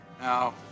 Now